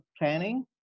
planning